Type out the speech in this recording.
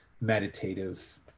meditative